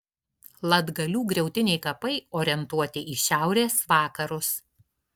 latgalių griautiniai kapai orientuoti į šiaurės vakarus